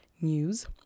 news